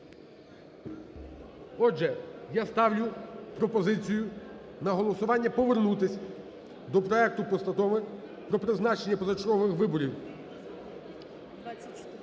Отже, я ставлю пропозицію на голосування повернутись до проекту Постанови про призначення позачергових виборів у